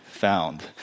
found